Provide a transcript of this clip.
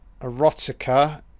Erotica